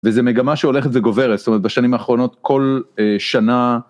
וזו מגמה שהולכת וגוברת, זאת אומרת בשנים האחרונות כל שנה...